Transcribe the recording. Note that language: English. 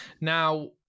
Now